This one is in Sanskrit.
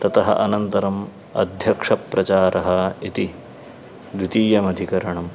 ततः अनन्तरम् अध्यक्षप्रचारः इति द्वितीयमधिकरणम्